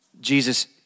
Jesus